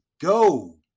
go